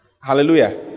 Hallelujah